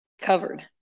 Covered